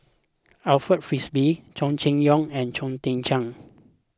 Alfred Frisby Chow Chee Yong and Chong Tze Chien